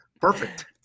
Perfect